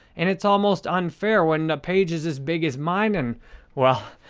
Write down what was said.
and it's almost unfair when the page is as big as mine and well,